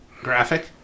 graphic